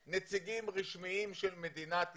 נציגים רשמיים של מדינת ישראל.